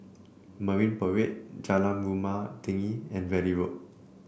Marine Parade Jalan Rumah Tinggi and Valley Road